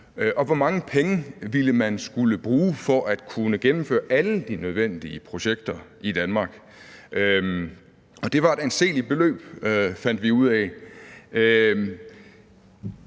Og hvor mange penge ville man skulle bruge for at gennemføre alle de nødvendige projekter i Danmark? Og det var et anseeligt beløb, fandt vi ud af.